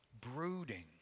brooding